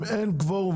אם אין קוורום